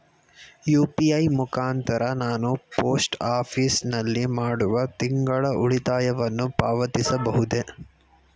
UPI ಮುಖಾಂತರ ನಾನು post office ನಲ್ಲಿ ಮಾಡುವ ತಿಂಗಳ ಉಳಿತಾಯವನ್ನು ಪಾವತಿಸಬಹುದೇ?